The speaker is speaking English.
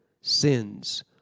sins